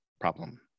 problem